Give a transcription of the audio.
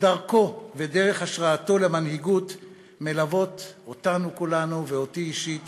דרכו ודרך השראתו למנהיגות מלוות אותנו כולנו ואותי אישית